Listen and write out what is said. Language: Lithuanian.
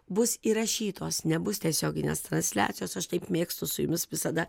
bus įrašytos nebus tiesioginės transliacijos aš taip mėgstu su jumis visada